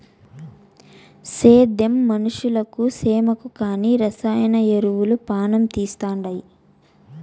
సేద్యం మనుషులకు సేమకు కానీ రసాయన ఎరువులు పానం తీస్తండాయి